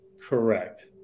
Correct